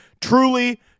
truly